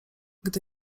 gdy